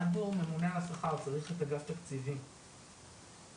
אנחנו הקפצנו אותם מעכשיו לעכשיו וקיבלנו מענה מהיר,